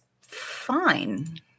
fine